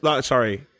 sorry